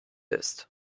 ist